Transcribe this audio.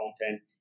content